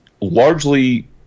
largely